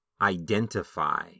identify